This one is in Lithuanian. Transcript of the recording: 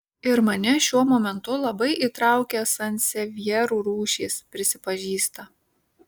ir mane šiuo momentu labai įtraukė sansevjerų rūšys prisipažįsta